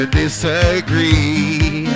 disagree